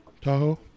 Tahoe